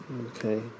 Okay